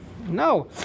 No